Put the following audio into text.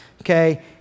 okay